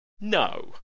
No